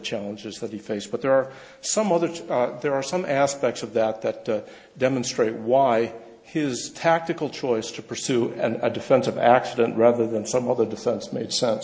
challenges that he faced but there are some other there are some aspects of that that demonstrate why his tactical choice to pursue and a defensive action rather than some other defense made sense